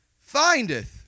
findeth